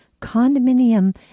condominium